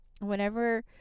whenever